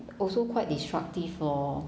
also quite destructive for